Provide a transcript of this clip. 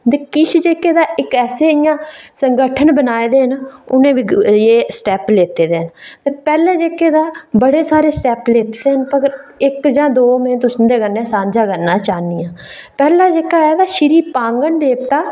ते किश जेह्के न किश ऐसे इ'यां संगठन बनाए दे न उ'नें एह् स्टैप लैते दे न पैह्ले जेह्के दा बड़े सारे स्टैप लैते दे न इक जां दो जेह्के में तुंदे कन्नै सांझे करना चांह्न्नी आं पैह्ला जेह्का ऐ श्री पांगङ देवता